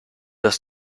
das